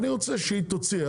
אני רוצה שהיא תוציא.